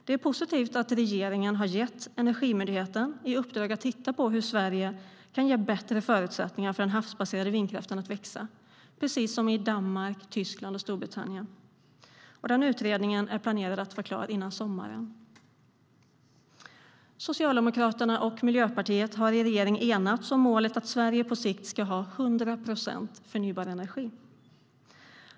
Det är positivt att regeringen har gett Energimyndigheten i uppdrag att titta på hur Sverige kan ge bättre förutsättningar för den havsbaserade vindkraften att växa, precis som den har gjort i Danmark, Tyskland och Storbritannien. Utredningen är planerad att vara klar före sommaren. Socialdemokraterna och Miljöpartiet har i regering enats om målet att Sverige på sikt ska ha 100 procent förnybar energi.